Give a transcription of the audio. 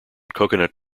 coconut